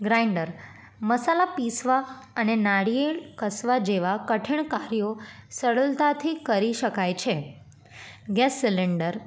grinder મસાલા પીસવા અને નારિયેળ કસવા જેવાં કઠિણ કાર્યો સળળતાથી કરી શકાય છે ગેસ સિલિન્ડર